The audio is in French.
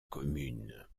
commune